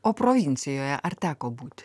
o provincijoje ar teko būti